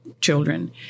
children